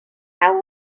how